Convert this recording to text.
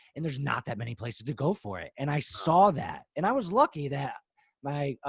and there's not that many places to go for it. and i saw that and i was lucky that my,